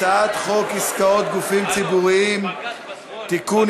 הצעת חוק עסקאות גופים ציבוריים (תיקון,